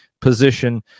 position